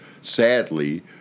sadly